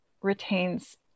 retains